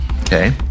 okay